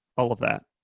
all of that.